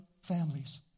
families